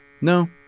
No